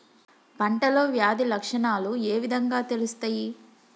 పంటలో వ్యాధి లక్షణాలు ఏ విధంగా తెలుస్తయి?